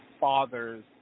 father's